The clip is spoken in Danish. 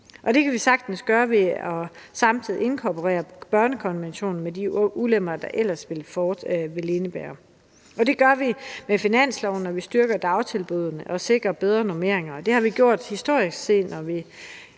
Det kan vi sagtens gøre uden samtidig at inkorporere børnekonventionen med de ulemper, det ville indebære. Det gør vi med finansloven, når vi styrker dagtilbuddene og sikrer bedre normeringer, og det har vi gjort historisk set i